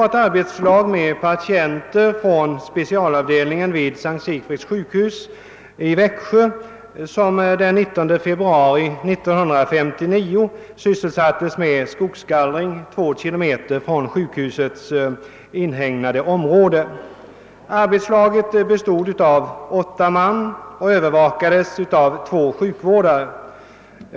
Ett arbetslag med patienter från S:t Sigfrids sjukhus i Växjö sysselsattes den 19 februari 1959 med skogsgallring två kilometer från sjukhusets inhägnade område. Arbetslaget bestod av åtta man och övervakades av två sjukvårdare.